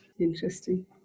Interesting